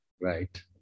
Right